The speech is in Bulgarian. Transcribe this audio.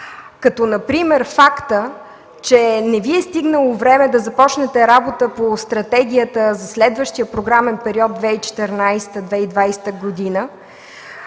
като например факта, че не Ви е стигнало време да започнете работа по стратегията за следващия програмен период 2014-2020 г.